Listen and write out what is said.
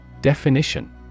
Definition